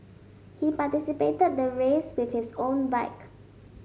he participated the race with his own bike